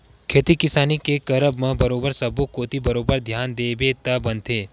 खेती किसानी के करब म बरोबर सब्बो कोती बरोबर धियान देबे तब बनथे